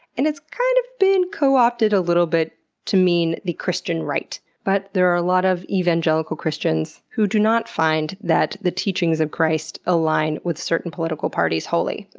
and it's kind of been co-opted a little bit to mean the christian right, but there are a lot of evangelical christians who do not find that the teachings of christ align with certain political parties wholly.